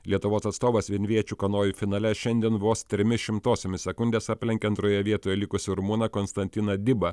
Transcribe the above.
lietuvos atstovas vienviečių kanojų finale šiandien vos trimis šimtosiomis sekundės aplenkė antroje vietoje likusį rumuną konstantiną dibą